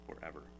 forever